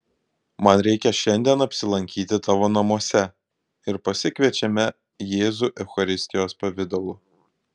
man reikia šiandien apsilankyti tavo namuose ir pasikviečiame jėzų eucharistijos pavidalu